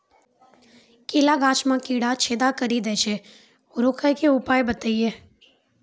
केला गाछ मे कीड़ा छेदा कड़ी दे छ रोकने के उपाय बताइए?